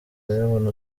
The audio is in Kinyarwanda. urayabona